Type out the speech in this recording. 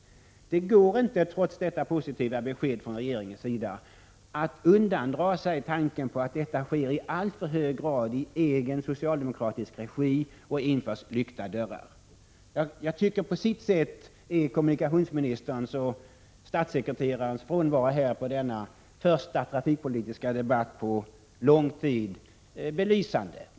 1986/87:99 Trots detta positiva besked från regeringens sida går det inte att undandra — 1 april 1987 sig tanken på att detta i alltför hög grad sker i egen socialdemokratisk regi och Vidareutveckli inom lyckta dörrar. Kommunikationsministerns och statssekreterarens från ERS - z ö SE - Se Ta 1979 års trafikpolitiska varo från denna första trafikpolitiska debatt på mycket länge är på sitt sätt beslät belysande.